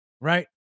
right